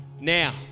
now